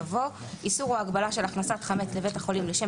יבוא: "9א.איסור או הגבלה של הכנסת חמץ לבית חולים לשם